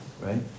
right